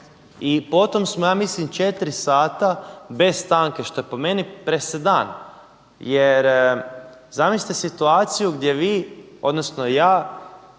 I potom smo ja mislim 4 sata bez stanke što je po meni presedan, jer zamislite situaciju da vi, odnosno ja,